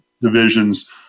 divisions